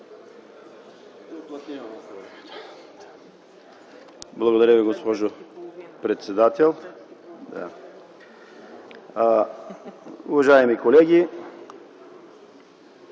Благодаря Ви, госпожо председател. Уважаеми колеги,